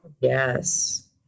Yes